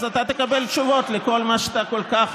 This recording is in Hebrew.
אז אתה תקבל תשובות על כל מה שאתה כל כך